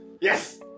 Yes